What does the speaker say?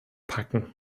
packen